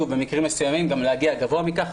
יכולה להגיע גם גבוה מכך.